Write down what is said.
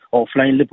offline